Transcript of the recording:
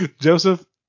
Joseph